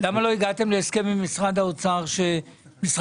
למה לא הגעתם להסכם עם משרד האוצר שמשרד